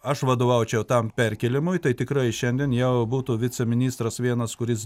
aš vadovaučiau tam perkėlimui tai tikrai šiandien jau būtų viceministras vienas kuris